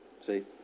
See